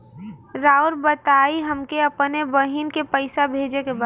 राउर बताई हमके अपने बहिन के पैसा भेजे के बा?